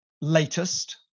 latest